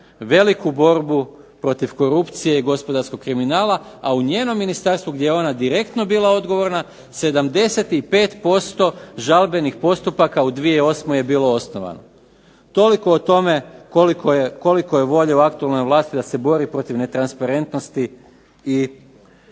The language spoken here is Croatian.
veliku borbu protiv korupcije i gospodarskog kriminala, a u njenom ministarstvu gdje je ona direktno bila odgovorna 75% žalbenih postupaka u 2008. je bilo osnovano. Toliko o tome koliko je volje u aktualnoj vlasti da se bori protiv netransparentnosti i